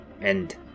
and-